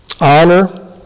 Honor